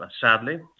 Sadly